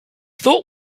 thought